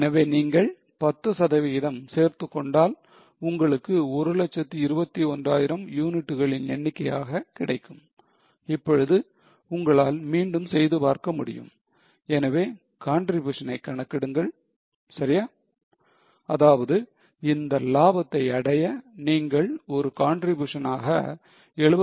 எனவே நீங்கள் 10 சதவீதம் சேர்த்துக்கொண்டால் உங்களுக்கு ஒரு லட்சத்து 21 ஆயிரம் யூனிட்டுகளின் எண்ணிக்கையாக கிடைக்கும் இப்பொழுது உங்களால் மீண்டும் செய்து பார்க்க முடியும் எனவே contribution னை கணக்கிடுங்கள் சரியா அதாவது இந்த லாபத்தை அடைய நீங்கள் ஒரு contribution னாக 79